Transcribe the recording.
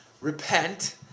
repent